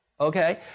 okay